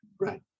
Right